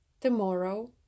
tomorrow